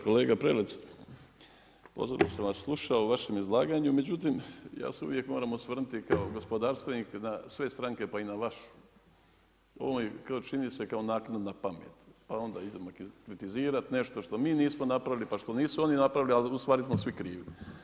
Kolega Prelec, pozorno sam vas slušao u vašem izlaganju, međutim ja se uvijek moram osvrnuti kao gospodarstvenik na sve stranke pa i na vašu, ovo kao čini se kao naknadna pamet, pa onda idemo kritizirati nešto što mi nismo napravili pa što nisu oni napravili ali u stvari smo svi krivi.